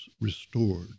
restored